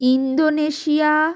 Indonesia